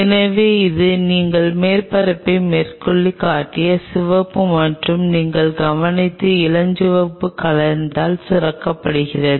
எனவே இது நீங்கள் மேற்பரப்பை மேற்கோள் காட்டிய சிவப்பு மற்றும் நீங்கள் கவனித்த இளஞ்சிவப்பு கலத்தால் சுரக்கப்படுகிறது